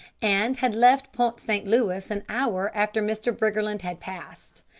and had left pont st. louis an hour after mr. briggerland had passed.